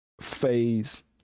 phase